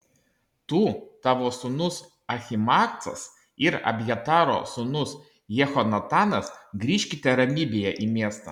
tu tavo sūnus ahimaacas ir abjataro sūnus jehonatanas grįžkite ramybėje į miestą